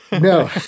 No